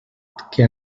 que